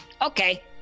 Okay